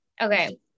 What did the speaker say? Okay